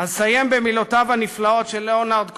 אסיים במילותיו הנפלאות של ליאונרד כהן,